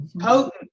potent